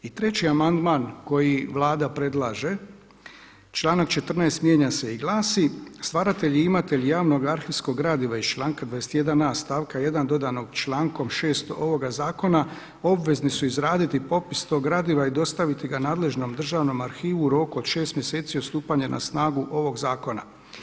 I treći amandman koji Vlada predlaže članak 14. mijenja se i glasi: „Stvaratelji i imatelji javnog arhivskog gradiva iz članka 21a. stavka 1. dodanog člankom 6. ovoga zakona obvezni su izraditi popis tog gradiva i dostaviti ga nadležnom Državnom arhivu u roku od 6 mjeseci od stupanja na snagu ovog zakona.